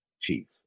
Chief